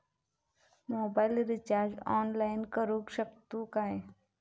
Mobile recharge online करुक शकतू काय?